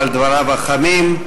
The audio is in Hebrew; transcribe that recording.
דבריו החמים.